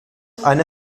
eine